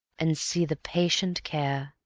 and see the patient care,